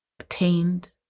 obtained